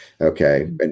Okay